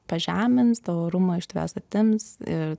pažemins tavo orumą iš tavęs atims ir